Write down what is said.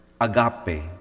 agape